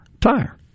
tire